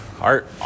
art